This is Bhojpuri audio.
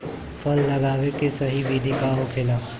फल लगावे के सही विधि का होखेला?